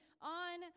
on